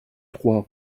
trois